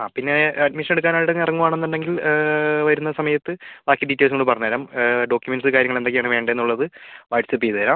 അതെ പിന്നെ അഡ്മിഷൻ എടുക്കാനായിട്ട് അങ്ങ് ഇറങ്ങുവാണെന്നുണ്ടെങ്കിൽ വരുന്ന സമയത്ത് ബാക്കി ഡീറ്റെയിൽസ് നമ്മള് പറഞ്ഞു തരാം ഡോക്യുമെൻ്റെസ് കാര്യങ്ങള് എന്തൊക്കെയാണ് വേണ്ടത് എന്നുള്ളത് വാട്സ്ആപ്പ് ചെയ്തു തരാം